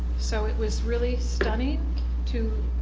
so it was really stunning to